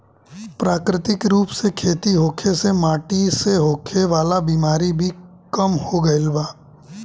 प्राकृतिक रूप से खेती होखे से माटी से होखे वाला बिमारी भी कम हो गईल बा